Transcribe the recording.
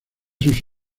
sus